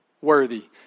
worthy